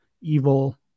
evil